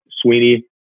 Sweeney